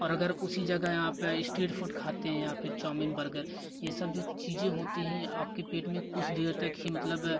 और अगर उसी जगँह आप स्ट्रीट फूड खाते हैंया फिर चाउमीन बर्गर यह सब जो चीज़ें होते हैं ये आपके पेट में कुछ देर तक ही मतलब